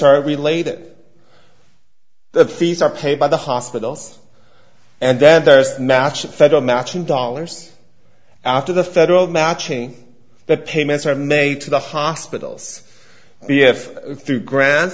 are related the fees are paid by the hospitals and then matching federal matching dollars after the federal matching the payments are made to the hospitals b f through gran